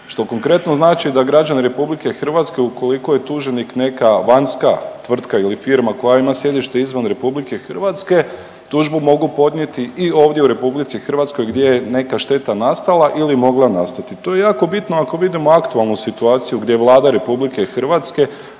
što konkretno znači da građanin RH ukoliko je tuženik neka vanjska tvrtka ili firma koja ima sjedište izvan RH tužbu mogu podnijeti i ovdje u RH gdje je neka šteta nastala ili mogla nastati. To je jako bitno ako vidimo aktualnu situaciju gdje Vlada RH, ali i domaće